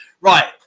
Right